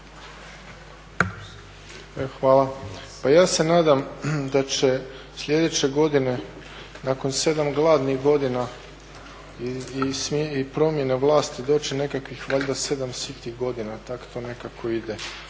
Hvala. Pa ja se nadam da će sljedeće godine nakon sedam glasnih godina i promjene vlasti doći nekakvih valjda sedam sitih godina, tako to nekako ide,